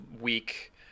week